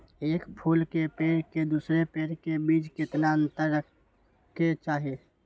एक फुल के पेड़ के दूसरे पेड़ के बीज केतना अंतर रखके चाहि?